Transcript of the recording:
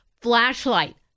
Flashlight